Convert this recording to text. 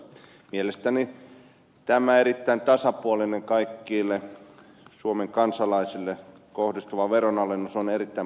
mielestäni tämä erittäin tasapuolinen kaikille suomen kansalaisille kohdistuva veronalennus on erittäin paikallaan